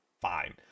fine